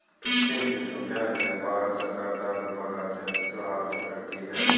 पिंटू तुम जानते हो भारत सरकार दारू पर राजस्व हासिल करती है